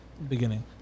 beginning